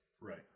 right